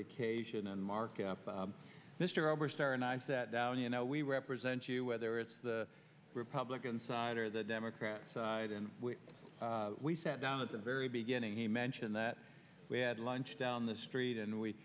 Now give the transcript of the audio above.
occasion and marking up mr oberstar and i sat down you know we represent you whether it's the republican side or the democrat side and we sat down at the very beginning he mentioned that we had lunch down the street and we